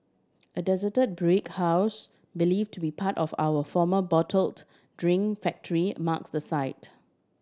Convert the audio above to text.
a desert brick house believe to be part of our former bottled drink factory marks the site